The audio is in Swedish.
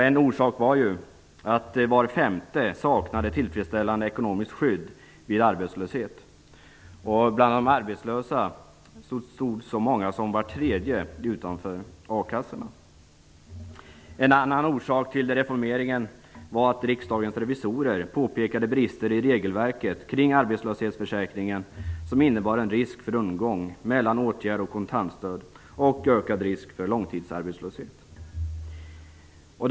En orsak var att var femte person saknade ett tillfredsställande ekonomiskt skydd vid arbetslöshet. Bland de arbetslösa stod så många som var tredje person utanför akassorna. En annan orsak till reformeringen var att Riksdagens revisorer påtalade brister i regelverket kring arbetslöshetsförsäkringen som innebar en risk för rundgång mellan åtgärder, kontantstöd och ökad långtidsarbetslöshet.